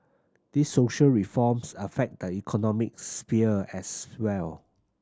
these social reforms affect the economic sphere as well